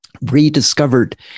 rediscovered